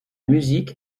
musique